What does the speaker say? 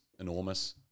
enormous